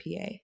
PA